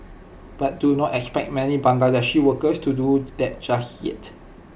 but do not expect many Bangladeshi workers to do that just yet